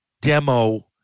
demo